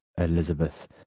elizabeth